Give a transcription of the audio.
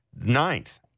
Ninth